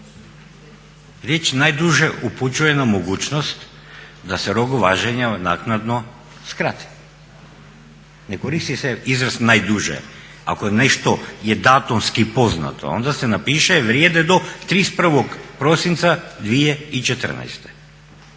riječ najduže upućuje na mogućnost da se rok važenja naknadno skrati. Ne koristi se izraz najduže. Ako nešto je datumski poznato onda se napiše vrijedi do 31. prosinca 2014.